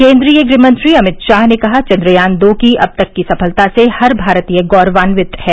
केन्द्रीय गृह मंत्री अमित शाह ने कहा चन्द्रयान दो की अब तक की सफलता से हर भारतीय गौरवान्वित है